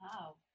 Wow